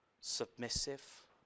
submissive